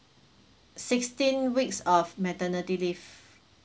sixteen weeks of maternity leave